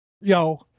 yo